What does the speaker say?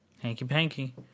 Hanky-panky